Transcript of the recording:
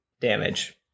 damage